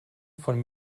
von